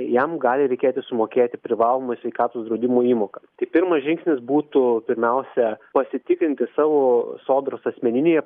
jam gali reikėti sumokėti privalomą sveikatos draudimo įmoką tai pirmas žingsnis būtų pirmiausia pasitikrinti savo sodros asmeninėje